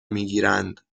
میگیرند